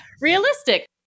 realistic